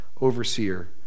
Overseer